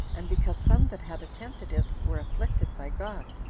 and because some that had attempted it were afflicted by god.